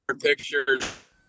pictures